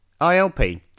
ILP